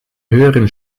höheren